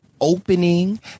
Opening